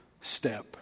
step